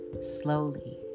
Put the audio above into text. slowly